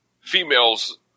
females